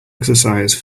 exercise